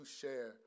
share